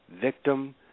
victim